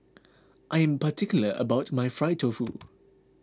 I am particular about my Fried Tofu